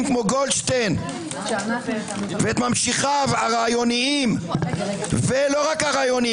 כמו גולדשטיין ואת ממשיכיו הרעיוניים ולא רק אלה,